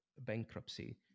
bankruptcy